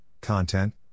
Content